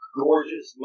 gorgeous